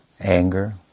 anger